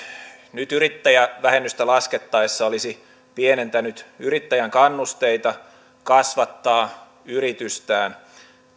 nyt yrittäjävähennystä laskettaessa olisi pienentänyt yrittäjän kannusteita kasvattaa yritystään